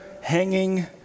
hanging